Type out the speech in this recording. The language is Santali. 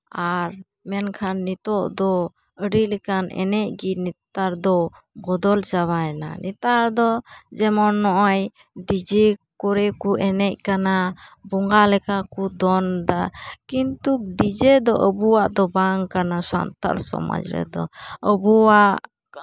ᱟᱨ ᱢᱮᱱᱠᱷᱟᱱ ᱱᱤᱛᱚᱜ ᱫᱚ ᱟᱹᱰᱤ ᱞᱮᱠᱟᱱ ᱮᱱᱮᱡ ᱜᱮ ᱱᱮᱛᱟᱨ ᱫᱚ ᱵᱚᱫᱚᱞ ᱪᱟᱵᱟᱭᱮᱱᱟ ᱱᱮᱛᱟᱨ ᱫᱚ ᱡᱮᱢᱚᱱ ᱱᱚᱜᱼᱚᱸᱭ ᱰᱤᱡᱮ ᱠᱚᱨᱮ ᱠᱚ ᱮᱱᱮᱡ ᱠᱟᱱᱟ ᱵᱚᱸᱜᱟ ᱞᱮᱠᱟ ᱠᱚ ᱫᱚᱱ ᱮᱫᱟ ᱠᱤᱱᱛᱩ ᱰᱤᱡᱮ ᱫᱚ ᱟᱵᱚᱣᱟᱜ ᱫᱚ ᱵᱟᱝ ᱠᱟᱱᱟ ᱥᱟᱱᱛᱟᱲ ᱥᱚᱢᱟᱡᱽ ᱨᱮᱫᱚ ᱟᱵᱚᱣᱟᱜ